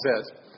says